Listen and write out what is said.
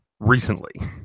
recently